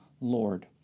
Lord